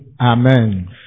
Amen